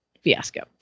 fiasco